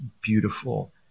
beautiful